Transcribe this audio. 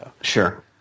Sure